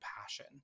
passion